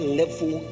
level